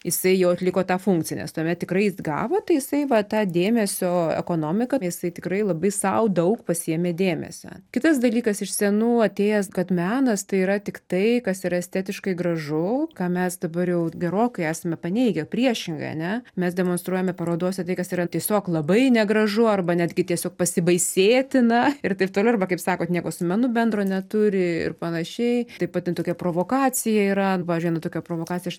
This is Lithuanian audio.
jisai jau atliko tą funkciją nes tuomet tikrai jis gavo tai jisai va tą dėmesio ekonomiką jisai tikrai labai sau daug pasiėmė dėmesio kitas dalykas iš senų atėjęs kad menas tai yra tik tai kas yra estetiškai gražu ką mes dabar jau gerokai esame paneigę priešingai a ne mes demonstruojame parodose tai kas yra tiesiog labai negražu arba netgi tiesiog pasibaisėtina ir taip toliau arba kaip sakote nieko su menu bendro neturi ir panašiai taip pat ten tokia provokacija yra nu pavyzdžiui viena tokia provokacija aš